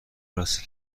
راسته